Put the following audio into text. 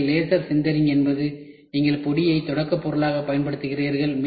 எனவே laser sintering என்பது நீங்கள் பொடியை தொடக்கப் பொருளாகப் பயன்படுத்துகிறீர்கள்